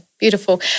beautiful